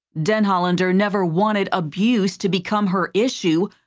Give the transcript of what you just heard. denhollander never wanted abuse to become her issue,